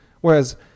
Whereas